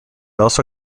also